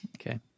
Okay